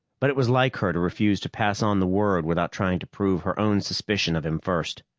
but it was like her to refuse to pass on the word without trying to prove her own suspicion of him first.